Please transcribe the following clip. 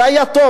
זה היה טוב,